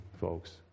folks